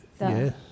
Yes